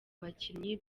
bakinnyi